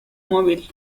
móvil